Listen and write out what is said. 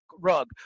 rug